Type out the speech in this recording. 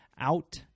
out